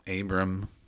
Abram